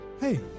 hey